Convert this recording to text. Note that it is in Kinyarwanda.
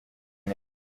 neza